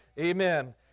Amen